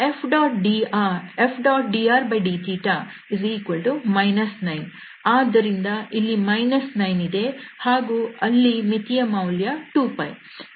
Fdrdθ 9 ಆದ್ದರಿಂದ ಇಲ್ಲಿ 9 ಇದೆ ಹಾಗೂ ಅಲ್ಲಿ ಮಿತಿಯ ಮೌಲ್ಯ 2π